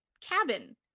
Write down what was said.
cabin